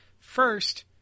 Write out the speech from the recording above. First